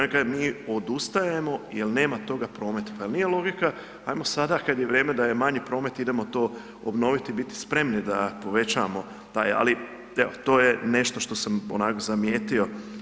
Ja kažem mi odustajemo jer nema toga prometa, pa je l' nije logika, hajmo sada kada je vrijeme da je manji promet, idemo to obnoviti i biti spremni da povećamo taj, ali, evo, to je nešto što sam onako zamijetio.